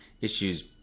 issues